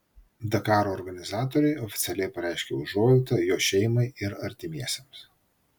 dakaro organizatoriai oficialiai pareiškė užuojautą jo šeimai ir artimiesiems